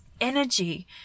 energy